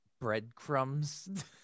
breadcrumbs